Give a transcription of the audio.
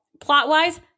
plot-wise